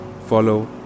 follow